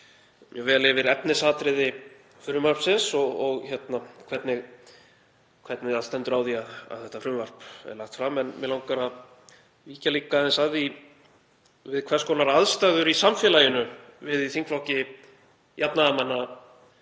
mjög vel yfir efnisatriði frumvarpsins og hvernig stendur á því að það er lagt fram. Mig langar að víkja líka aðeins að því við hvers konar aðstæður í samfélaginu við í þingflokki jafnaðarmanna